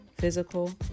physical